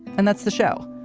and that's the show.